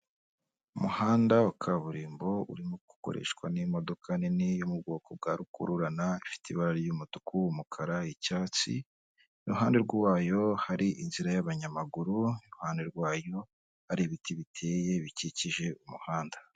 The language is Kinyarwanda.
Umuhanda wa kaburimbo, urimo gukoreshwa n'imodoka nini, yo mu bwoko bwa rukururana, ifite ibara ry'umutuku, umukara, icyatsi, iruhande rwayo hari inzira y'abanyamaguru, iruhande rwayo hari ibiti biteye, bikikije umuhanda.